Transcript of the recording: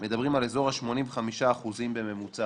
מדברים על אזור ה-85% בממוצע